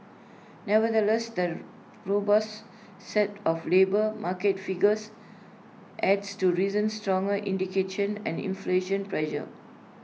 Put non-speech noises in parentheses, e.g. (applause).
nevertheless the robust set of labour market figures adds to recent stronger (unintelligible) and inflation pressure